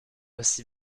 aussi